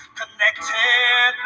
connected